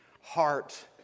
heart